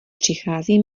přichází